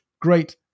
great